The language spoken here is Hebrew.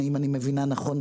אם אני מבינה נכון,